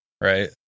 right